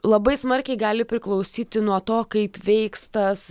labai smarkiai gali priklausyti nuo to kaip veiks tas